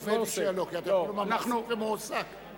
כי אתם מדברים על מעסיק ומועסק.